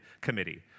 committee